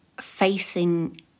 facing